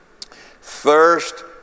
Thirst